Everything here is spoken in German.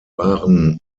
waren